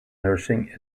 nursing